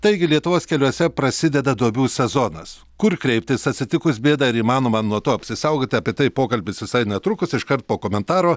taigi lietuvos keliuose prasideda duobių sezonas kur kreiptis atsitikus bėdai ar įmanoma nuo to apsisaugoti apie tai pokalbis visai netrukus iškart po komentaro